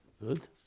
Good